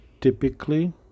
typically